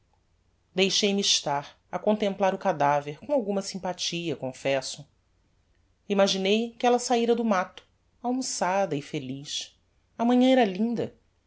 deixei-me estar a contemplar o cadaver com alguma sympathia confesso imaginei que ella saíra do mato almoçada e feliz a manhã era linda